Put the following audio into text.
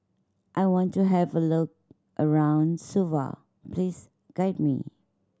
I want to have a look around Suva please guide me